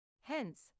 Hence